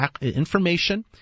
information